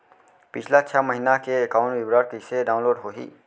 पिछला छः महीना के एकाउंट विवरण कइसे डाऊनलोड होही?